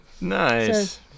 Nice